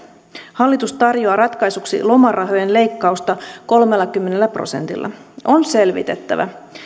hallitus tarjoaa ratkaisuksi lomarahojen leikkausta kolmellakymmenellä prosentilla on selvitettävä